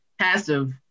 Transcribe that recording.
passive